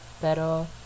pero